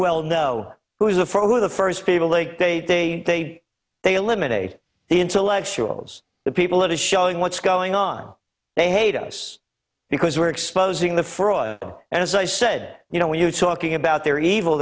well know who is a for the first people they they they they they eliminate the intellectuals the people that is showing what's going on they hate us because we're exposing the fraud and as i said you know when you're talking about they're evil